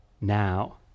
now